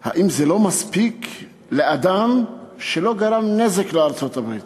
האם זה לא מספיק לאדם שלא גרם נזק לארצות-הברית?